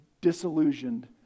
disillusioned